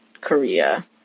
Korea